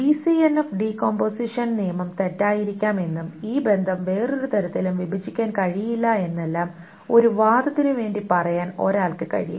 BCNF decomposition നിയമം തെറ്റായിരിക്കാം എന്നും ഈ ബന്ധം വേറൊരു തരത്തിലും വിഭജിക്കാൻ കഴിയില്ല എന്നെല്ലാം ഒരു വാദത്തിനു വേണ്ടി പറയാൻ ഒരാൾക്ക് കഴിയും